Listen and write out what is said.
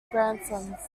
grandsons